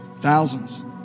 Thousands